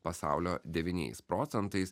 pasaulio devyniais procentais